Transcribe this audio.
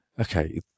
Okay